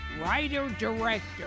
writer-director